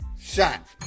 shot